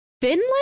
Finland